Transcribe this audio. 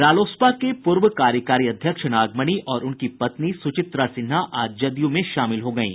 रालोसपा के पूर्व कार्यकारी अध्यक्ष नागमणि और उनकी पत्नी सुचित्रा सिन्हा आज जदयू में शामिल हो गयीं